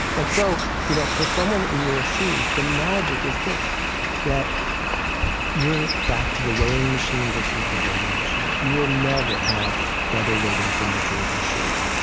and so you know for someone in your shoes, the magic is this that you're back to the weighing machine versus the voting machine. you will never have better ratings than the jersey shore.